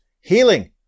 healing